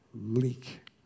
leak